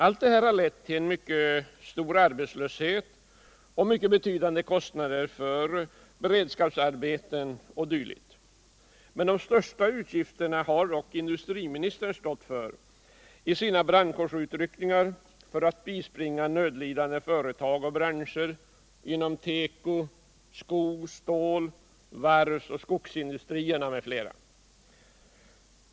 Allt detta har lewt till en mycket stor arbetslöshet, betydande kostnader för beredskapsarbeten m.m. De största utgifterna har dock industriministern stått för i sina brandkårsutryckningar för att bispringa nödlidande företag och branscher som teko-, sko-, stål-, varvs-, skogsindustrin m.fl.